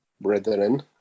brethren